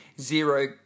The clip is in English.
zero